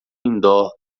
indoor